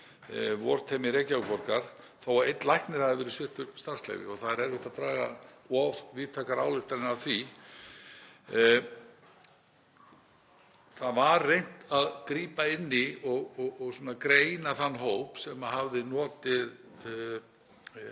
VOR-teymi Reykjavíkurborgar, þó að einn læknir hafi verið sviptur starfsleyfi og það er erfitt að draga of víðtækar ályktanir af því. Það var reynt að grípa inn í og greina þann hóp sem hafði notið